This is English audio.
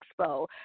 expo